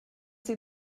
sie